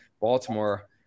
Baltimore